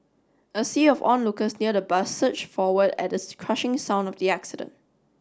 a sea of onlookers near the bus surged forward at the crushing sound of the accident